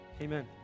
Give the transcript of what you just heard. amen